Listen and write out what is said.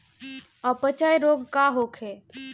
अपच रोग का होखे?